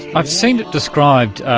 i've seen it described,